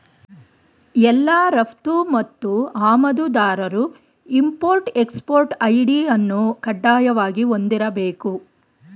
ಎಲ್ಲಾ ರಫ್ತು ಮತ್ತು ಆಮದುದಾರರು ಇಂಪೊರ್ಟ್ ಎಕ್ಸ್ಪೊರ್ಟ್ ಐ.ಡಿ ಅನ್ನು ಕಡ್ಡಾಯವಾಗಿ ಹೊಂದಿರಬೇಕು